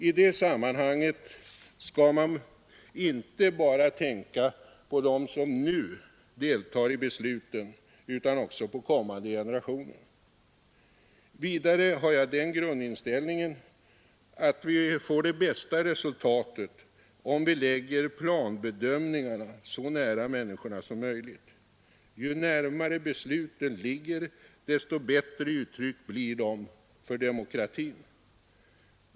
I det sammanhanget skall man inte bara tänka på oss som nu deltar i besluten utan också på kommande generationer. Vidare har jag den grundinställningen att vi får det bästa resultatet om vi lägger planbedömningarna så nära människorna som möjligt. Ju närmare besluten ligger, desto bättre uttryck blir de för demokratin.